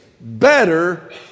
better